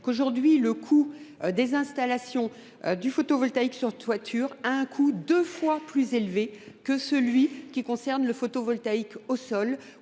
aujourd’hui, le coût des installations du photovoltaïque sur toiture est deux fois plus élevé que celui du photovoltaïque au sol